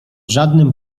żadnym